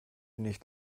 nicht